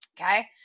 Okay